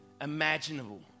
imaginable